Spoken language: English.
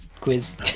quiz